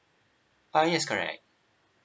uh yes correct